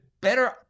better